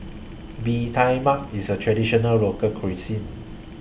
Bee Tai Mak IS A Traditional Local Cuisine